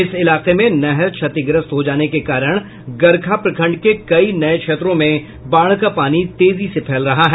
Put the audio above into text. इस इलाके में नहर क्षतिग्रस्त हो जाने के कारण गरखा प्रखंड के कई नये क्षेत्रों में बाढ़ का पानी तेजी से फैल रहा है